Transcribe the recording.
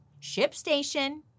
ShipStation